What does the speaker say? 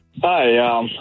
Hi